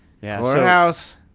Courthouse